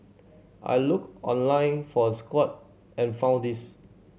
I looked online for a squat and found this